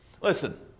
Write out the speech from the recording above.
Listen